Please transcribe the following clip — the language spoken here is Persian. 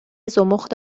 زمخت